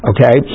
Okay